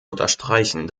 unterstreichen